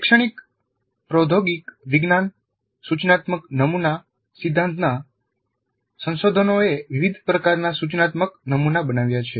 શૈક્ષણિક પ્રૌધોગિક વિજ્ઞાન સૂચનાત્મક નમુના સિદ્ધાંતના સંશોધનોએ વિવિધ પ્રકારના સૂચનાત્મક નમુના બનાવ્યા છે